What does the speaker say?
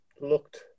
looked